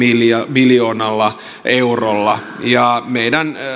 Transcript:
miljoonalla eurolla meidän